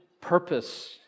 purpose